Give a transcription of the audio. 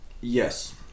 Yes